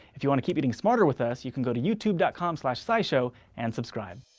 if you wanna keep getting smarter with us you can go to youtube dot com slash scishow and subscribe.